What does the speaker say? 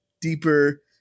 deeper